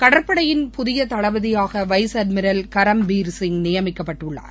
கடற்படையின் புதிய தளபதியாக வைஸ் அட்மிரல் கரம்பீர் சிங் நியமிக்கப்பட்டுள்ளார்